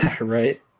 right